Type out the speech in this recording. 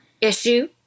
issue